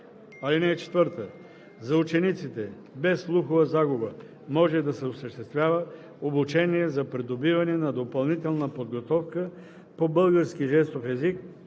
направление. (4) За учениците без слухова загуба може да се осъществява обучение за придобиване на допълнителна подготовка по български жестов език